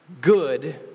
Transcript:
Good